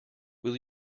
will